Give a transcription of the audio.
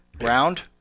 Round